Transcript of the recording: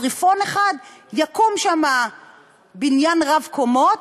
צריפון אחד יקום בניין רב-קומות,